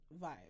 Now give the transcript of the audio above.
vibe